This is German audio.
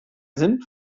sind